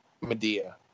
Medea